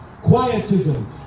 quietism